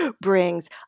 brings